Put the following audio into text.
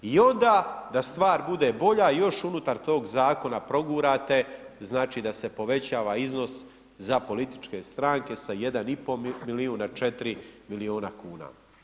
I onda, da stvar bude bolja i još unutar tog zakona progurate, znači, da se povećava iznos za političke stranke sa 1,5 milijun na 4 milijuna kuna.